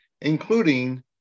including